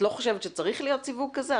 את לא חושבת שצריך להיות סיווג כזה?